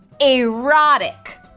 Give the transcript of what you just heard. Erotic